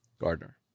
Gardner